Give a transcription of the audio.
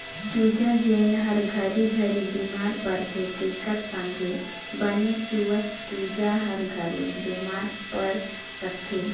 चूजा जेन हर घरी घरी बेमार परथे तेखर संघे बने सुवस्थ चूजा हर घलो बेमार पर सकथे